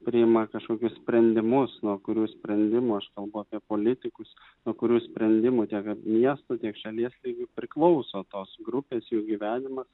priima kažkokius sprendimus nuo kurių sprendimų aš kalbu apie politikus nuo kurių sprendimų tiek miesto tiek šalies lygiu priklauso tos grupės jų gyvenimas